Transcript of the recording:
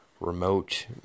remote